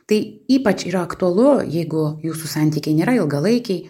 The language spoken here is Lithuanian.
tai ypač aktualu jeigu jūsų santykiai nėra ilgalaikiai